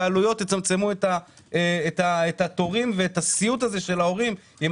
את ההתקהלויות ואת הסיוט הזה של ההורים עם